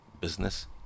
business